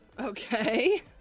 Okay